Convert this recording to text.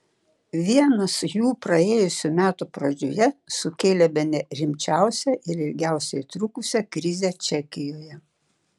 vienas jų praėjusių metų pradžioje sukėlė bene rimčiausią ir ilgiausiai trukusią krizę čekijoje